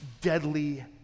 deadly